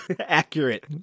Accurate